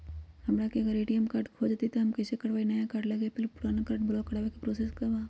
हमरा से अगर ए.टी.एम कार्ड खो जतई तब हम कईसे करवाई नया कार्ड लागी अपील और पुराना कार्ड ब्लॉक करावे के प्रोसेस का बा?